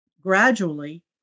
gradually